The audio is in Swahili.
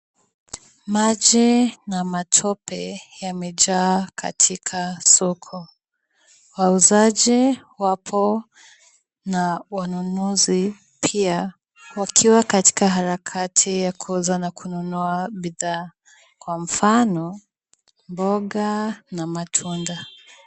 Mache na matope yamejaa katika soko. Wauzaji wapo na wanunuzi pia, wakiwa katika harakati ya kuuza na kununua bidhaa, kwa mfano mboga na matunda.